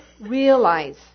realize